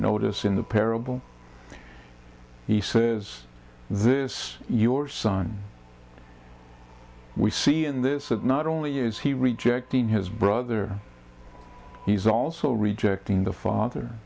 notice in the parable he said is this your sign we see in this that not only is he rejecting his brother he's also rejecting the father